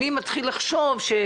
אני מתחיל לחשוב אם